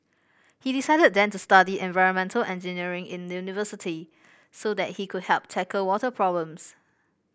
he decided then to study environmental engineering in university so that he could help tackle water problems